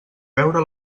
veure